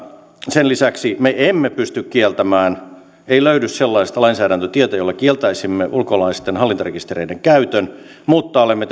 sen lisäksi me emme pysty kieltämään ei löydy sellaista lainsäädäntötietä jolla sen kieltäisimme ulkolaisten hallintarekistereiden käyttöä mutta olemme